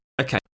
Okay